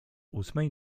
ósmej